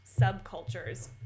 subcultures